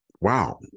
wow